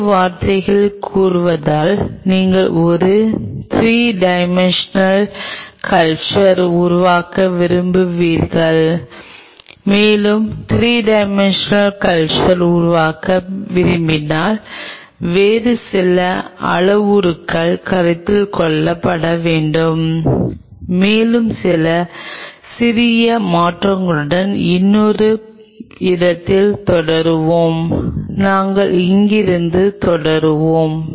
வேறு வார்த்தைகளில் கூறுவதானால் நீங்கள் ஒரு 3 டைமென்ஷனல் கல்ச்சர் உருவாக்க விரும்பினீர்கள் மேலும் 3 டைமென்ஷனல் கல்ச்சர் உருவாக்க விரும்பினால் வேறு சில அளவுருக்கள் கருத்தில் கொள்ளப்பட வேண்டும் மேலும் சில சிறிய மாற்றங்களுடன் இன்னொரு இடத்தில் தொடருவோம் நாங்கள் இங்கிருந்து தொடருவோம்